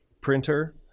printer